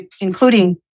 including